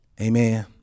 amen